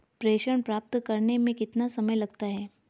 प्रेषण प्राप्त करने में कितना समय लगता है?